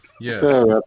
Yes